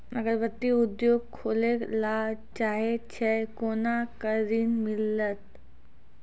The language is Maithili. अगरबत्ती उद्योग खोले ला चाहे छी कोना के ऋण मिलत?